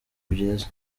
byiza